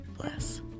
bless